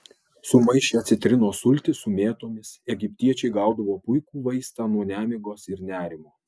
sumaišę citrinos sultis su mėtomis egiptiečiai gaudavo puikų vaistą nuo nemigos ir nerimo